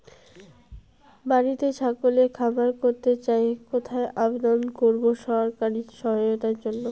বাতিতেই ছাগলের খামার করতে চাই কোথায় আবেদন করব সরকারি সহায়তার জন্য?